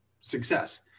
success